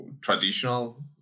traditional